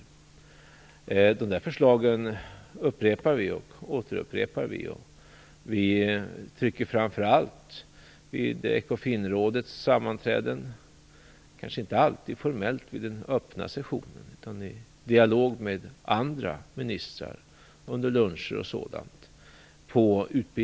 Vi återupprepar nu dessa förslag. Vi betonar framför allt utbildningens betydelse när det gäller att bekämpa arbetslösheten vid Ecofinrådets sammanträden, kanske inte alltid formellt vid den öppna sessionen utan i dialog med andra ministrar under luncher och sådant.